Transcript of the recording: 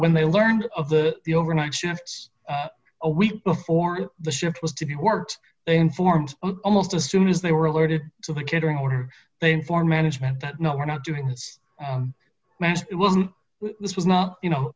when they learned of the the overnight shifts a week before the ship was to be worked they informed almost as soon as they were alerted to the catering order they inform management that no we're not doing it wasn't this was not you know